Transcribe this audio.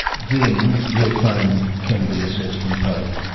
then their claim can be assessed and paid.